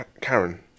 Karen